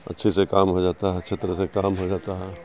اچھے سے کام ہو جاتا ہے اچھی طرح سے کام ہو جاتا ہے